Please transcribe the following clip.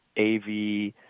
AV